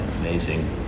amazing